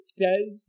says